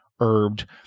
herbed